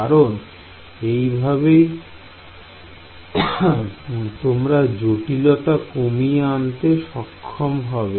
কারণ এই ভাবেই তোমরা জটিলতা কমিয়ে আনতে সক্ষম হবে